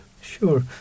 Sure